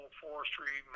forestry